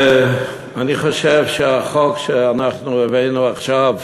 אני חושב שהחוק שאנחנו הבאנו עכשיו,